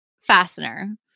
fastener